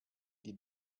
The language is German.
die